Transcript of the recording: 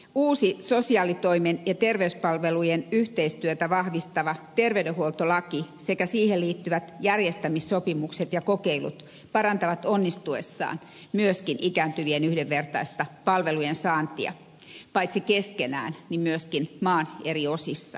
uusi sosiaalitoimen ja terveyspalvelujen yhteistyötä vahvistava terveydenhuoltolaki sekä siihen liittyvät järjestämissopimukset ja kokeilut parantavat onnistuessaan myöskin ikääntyvien yhdenvertaista palvelujen saantia paitsi keskenään myöskin maan eri osissa